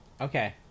Okay